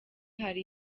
hari